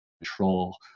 control